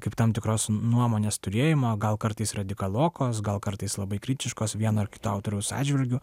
kaip tam tikros nuomonės turėjimo gal kartais radikalokos gal kartais labai kritiškos vieno ar kito autoriaus atžvilgiu